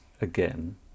again